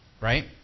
Right